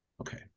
okay